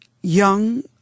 young